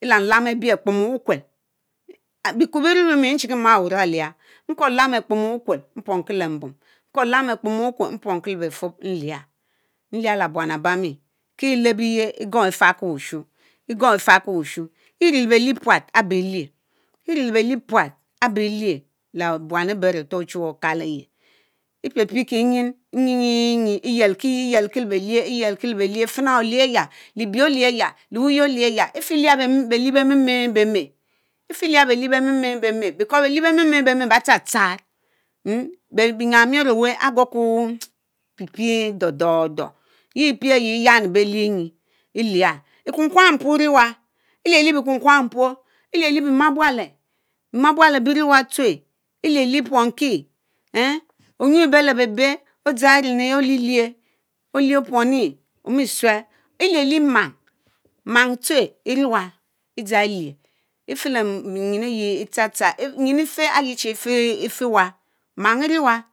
Elam-lam abie, Akpomu Ukuel, Bikwel bimme mi chiki mal wurang Olierr mgorr Lam Akpomn wukwel mpuanki le-mbom, Akpomu wukwel Atiqa muar, mearle- mgor Lam mpronki le befor burn abami Kilebeye egorr-farki wushu Evili-belier preat abee eller lee buan abe aretor Ochuwe Okalemi. Epiepiekingi eyingi eniji eyelbki le beliers, eyelki le beliers, fins dierr Libée Clies eygh: Lewuyen Olichya ififier belien bemey bemje bemye because be-tcharm toharr eys Mien belies bemey muay Gemay chh biyam ehh ehh-way a gorguu Pipie dondonder mme Tie pie eyie Eyami-belie Enyi elich: bekum kwam Rogie le npnorr Eiwe biriwa Elie-lien bikukawan, Elich-lich bee mabuekh beemabuale beviewa teliwe tehuén elich- Lich Epuenki ehh onyehbeleb Ebeh odgang Even yie olilich, dich opuonti Omitsuel. Elie-lich en mangi mang tsuech eriwa Edzang efele nyin ayie Etsahtsah nyin efch ayre the fewa mang Eriwa;